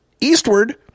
eastward